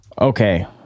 Okay